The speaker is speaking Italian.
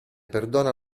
perdona